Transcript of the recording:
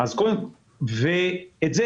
את זה